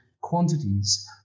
quantities